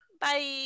Bye